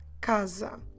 Casa